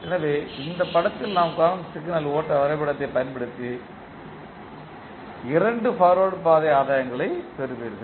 எனவே இந்த படத்தில் நாம் காணும் சிக்னல் ஓட்ட வரைபடத்தைப் பொறுத்து இரண்டு பார்வேர்ட்பாதை ஆதாயங்களைப் பெறுவீர்கள்